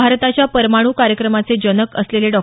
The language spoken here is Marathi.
भारताच्या परमाणू कार्यक्रमाचे जनक असलेले डॉ